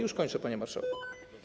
Już kończę, panie marszałku.